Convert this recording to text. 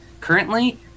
currently